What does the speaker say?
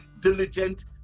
diligent